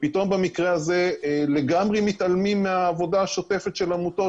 ופתאום במקרה הזה לגמרי מתעלמים מהעבודה השוטפת של העמותות.